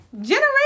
Generation